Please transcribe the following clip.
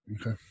okay